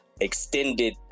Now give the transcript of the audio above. extended